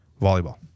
volleyball